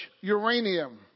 uranium